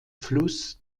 fluss